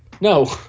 No